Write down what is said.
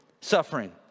suffering